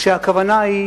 והכוונה היא